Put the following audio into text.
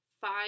five